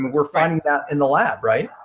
we're finding that in the lab, right?